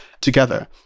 together